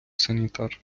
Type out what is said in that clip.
санітар